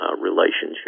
relationship